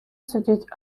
судіть